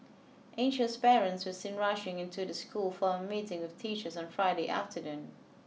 anxious parents were seen rushing into the school for a meeting with teachers on Friday afternoon